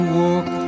walk